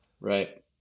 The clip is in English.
Right